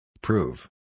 Prove